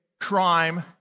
crime